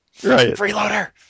Freeloader